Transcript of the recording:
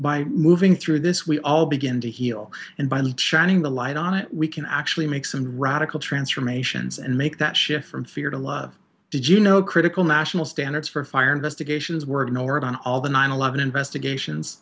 by moving through this we all begin to heal and by and shining the light on it we can actually make some radical transformations and make that shift from fear to love did you know critical nationals and it's for fire investigations were ignored on all the nine eleven investigations